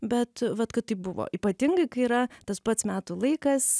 bet vat kad tai buvo ypatingai kai yra tas pats metų laikas